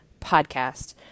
podcast